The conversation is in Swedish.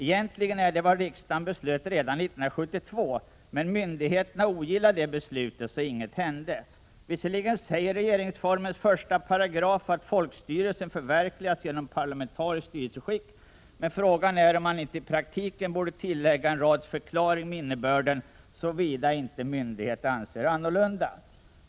Egentligen är det vad riksdagen beslöt redan 1972, men myndigheterna ogillade det beslutet, så inget hände. Visserligen säger regeringsformens första paragraf att folkstyrelsen förverkligas genom ett parlamentariskt styrelseskick, men fråga är om man inte i praktiken borde tillägga en rads förklaring med innebörden: ”såvida inte myndighet anser annorlunda”.